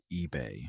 eBay